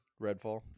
Redfall